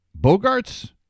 Bogarts